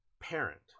parent